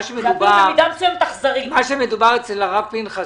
מה שמדובר אצל הרב פנחס,